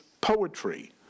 poetry